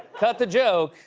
cut the joke,